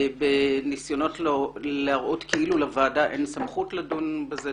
בניסיונות להראות כאילו לוועדה אין סמכות לדון בזה,